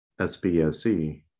SBSE